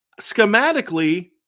schematically